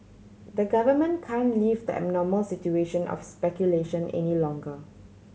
the government can't leave the abnormal situation of speculation any longer